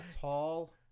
tall